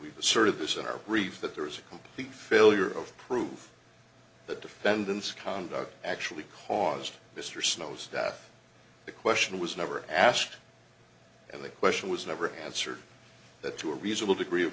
we've sort of this in our brief that there is a complete failure of proof the defendant's conduct actually caused mr snows that the question was never asked and the question was never answered that to a reasonable degree of